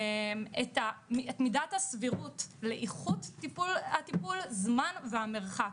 את מידת הסבירות לאיכות הטיפול, זמן והמרחק.